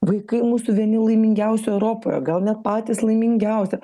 vaikai mūsų vieni laimingiausių europoje gal net patys laimingiausi